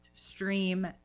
Stream